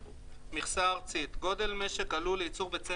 מכסה ארצית גודל משק הלול לייצור ביצי